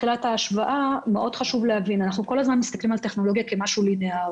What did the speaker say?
אנחנו כל הזמן מסתכלים על טכנולוגיה כמשהו ליניארי,